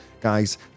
Guys